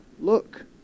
Look